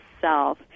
self